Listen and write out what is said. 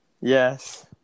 Yes